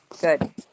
Good